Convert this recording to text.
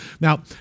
Now